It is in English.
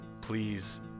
Please